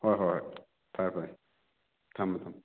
ꯍꯣꯏ ꯍꯣꯏ ꯐꯔꯦ ꯐꯔꯦ ꯊꯝꯃꯣ ꯊꯝꯃꯣ